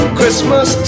Christmas